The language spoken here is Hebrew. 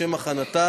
לשם הכנתה